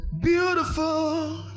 beautiful